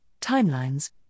timelines